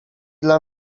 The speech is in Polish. dla